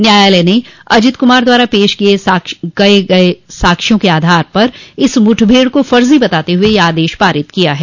न्यायालय ने अजित कुमार द्वारा पेश किये गये साक्ष्यों के आधार पर इस मुठभेड़ को फर्ज़ी बताते हुए यह आदेश पारित किया है